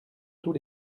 tous